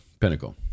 pinnacle